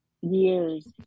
Years